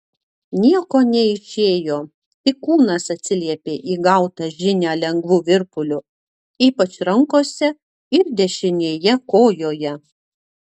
nieko neišėjo tik kūnas atsiliepė į gautą žinią lengvu virpuliu ypač rankose ir dešinėje kojoje